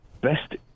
best